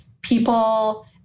people